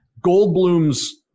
Goldblum's